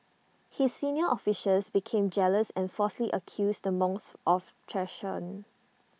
his senior officials became jealous and falsely accused the monks of treason